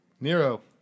Nero